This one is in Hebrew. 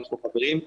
אנחנו חברים,